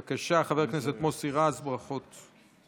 בבקשה, חבר הכנסת מוסי רז, ברכות.